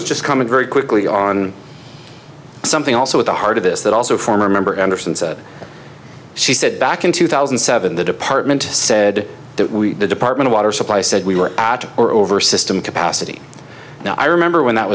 just come in very quickly on something also at the heart of this that also former member andersen said she said back in two thousand and seven the department said that we the department of water supply said we were at or over system capacity now i remember when that